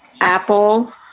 Apple